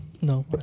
No